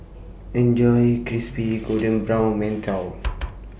Enjoy Crispy Golden Brown mantou